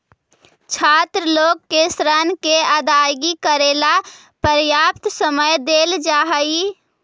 छात्र लोग के ऋण के अदायगी करेला पर्याप्त समय देल जा हई